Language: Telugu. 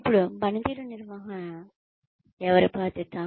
ఇప్పుడు పనితీరు నిర్వహణ ఎవరి బాధ్యత